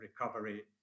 recovery